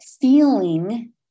feeling